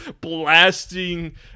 blasting